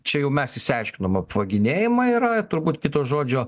čia jau mes išsiaiškinom apvaginėjima yra turbūt kito žodžio